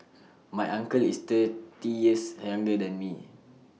my uncle is thirty years younger than me